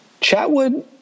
Chatwood